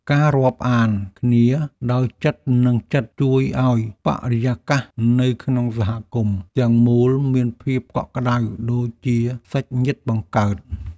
ការរាប់អានគ្នាដោយចិត្តនិងចិត្តជួយឱ្យបរិយាកាសនៅក្នុងសហគមន៍ទាំងមូលមានភាពកក់ក្តៅដូចជាសាច់ញាតិបង្កើត។